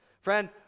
Friend